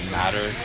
matter